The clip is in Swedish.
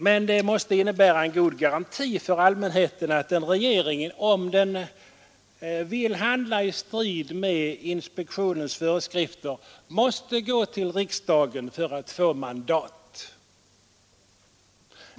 Men det måste innebära en god garanti för allmänheten att en regering, om den vill handla i strid med inspektionens föreskrifter, måste gå till riksdagen för att få mandat.